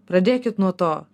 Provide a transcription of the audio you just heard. pradėkit nuo to